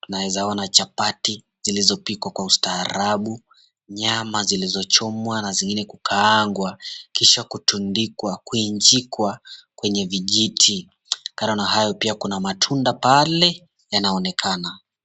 Tunaweza ona chapati zilizopikwa kwa ustaarabu, nyama zilizochomwa na zingine kukaangwa, kisha kutundikwa, kuinjikwa kwenye vijiti. Kando na hayo pia kuna matunda pale yanaonekana.